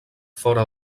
fora